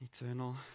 Eternal